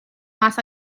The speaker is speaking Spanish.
más